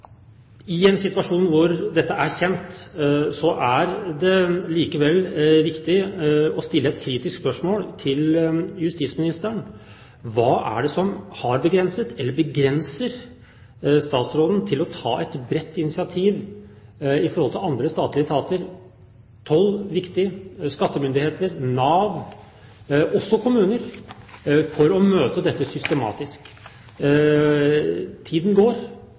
I en situasjon hvor dette er kjent, er det likevel viktig å stille et kritisk spørsmål til justisministeren: Hva er det som har begrenset, eller begrenser statsråden i å ta et bredt initiativ overfor andre statlige etater – toll er viktig, skattemyndigheter, Nav – og også kommuner, for å møte dette systematisk? Tiden går,